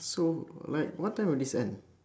so like what time will this end